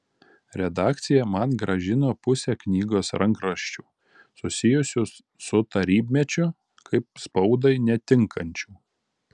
redakcija man grąžino pusę knygos rankraščių susijusių su tarybmečiu kaip spaudai netinkančių